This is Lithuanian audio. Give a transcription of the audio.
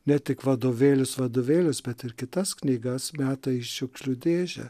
ne tik vadovėlius vadovėlius bet ir kitas knygas meta į šiukšlių dėžę